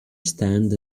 stand